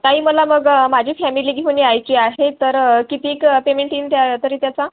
ताई मला मग माझी फॅमिली घेऊन यायची आहे तर कितीक पेमेंट येईन त्या तरी त्याचा